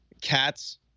cats